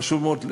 פשוט מאוד,